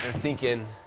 thinking,